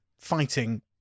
fighting